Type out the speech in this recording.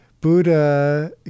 Buddha